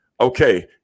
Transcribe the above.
Okay